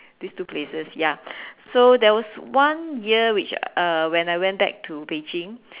these two places ya so there was one year which uh when I went back to Beijing